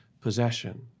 possession